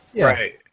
Right